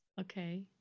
Okay